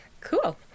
Cool